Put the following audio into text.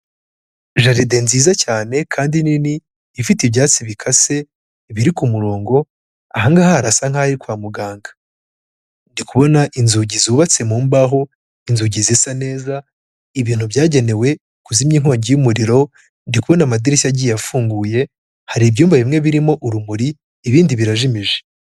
Jaride nziza cyane kandi nini, ifite ibyatsi bikase biri ku kumurongo, aha ngaha harasa nk'aho ari kwa muganga. Ndi kubona inzugi zubatse mu mbaho, inzugi zisa neza, ibintu byagenewe kuzimya inkongi y'umuriro, ndi kubona amadirishya agiye afunguye, hari ibyumba bimwe birimo urumuri, ibindi birajimije.